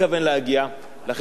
לכן אני רוצה לבקש,